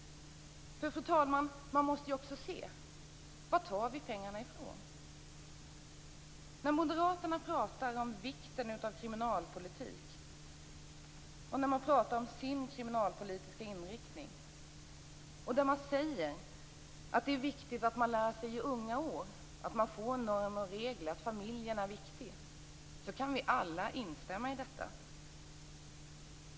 För, fru talman, man måste ju också se varifrån vi skall ta pengarna. När moderaterna pratar om vikten av kriminalpolitik och när de pratar om sin kriminalpolitiska inriktning säger de ofta att det är viktigt att lära sig i unga år så att man får normer och regler och att familjen är viktig. Vi kan alla instämma i detta.